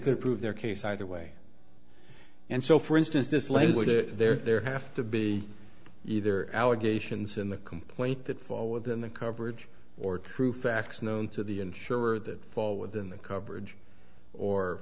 could prove their case either way and so for instance this language there have to be either allegations in the complaint that fall within the coverage or true facts known to the insurer that fall within the coverage or